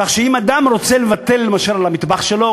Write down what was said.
כך שאם אדם רוצה לוותר למשל על המטבח שלו,